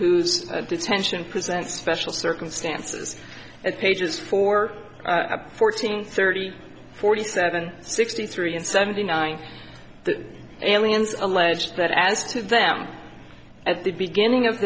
whose detention presents special circumstances at pages four fourteen thirty forty seven sixty three and seventy nine the aliens allege that as to them at the beginning of